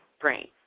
brain